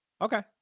Okay